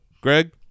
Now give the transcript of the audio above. Greg